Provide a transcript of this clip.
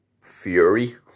fury